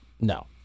No